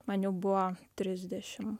man jau buvo trisdešim